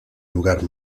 lugar